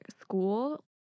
school